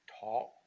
Talk